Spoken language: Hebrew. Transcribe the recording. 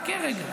חכה רגע,